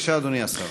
בבקשה, אדוני השר.